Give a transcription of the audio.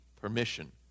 permission